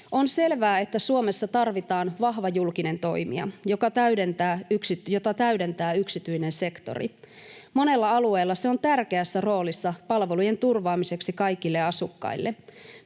On selvää, että Suomessa tarvitaan vahva julkinen toimija, jota täydentää yksityinen sektori. Monella alueella se on tärkeässä roolissa palvelujen turvaamiseksi kaikille asukkaille.